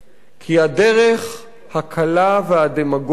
כי הדרך הקלה והדמגוגית